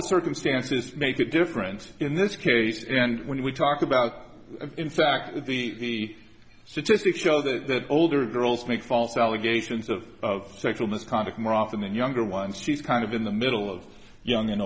the circumstances make a difference in this case and when we talk about in fact the statistics show that older girls make false allegations of sexual misconduct more often than younger ones she's kind of in the middle of young and